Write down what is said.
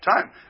time